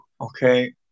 Okay